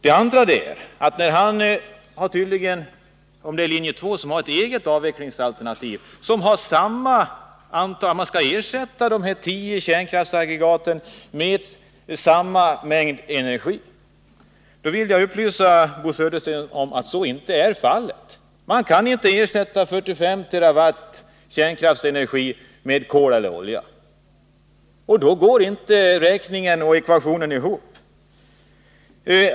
En annan sak är att Bo Södersten tydligen menar — han kanske syftar på linje 2, som har ett eget avvecklingsalternativ — att man vid en avveckling skall ersätta de tio kärnkraftsaggregaten med samma mängd energi. Jag vill upplysa Bo Södersten om att så inte är fallet. Man kan inte ersätta 45 TWh kärnkraftsenergi med kol eller olja, och då går alltså inte ekvationen ihop.